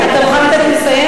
אתה מוכן לתת לי לסיים?